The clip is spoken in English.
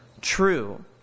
true